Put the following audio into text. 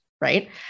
Right